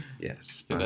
Yes